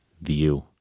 view